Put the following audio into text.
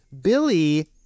Billy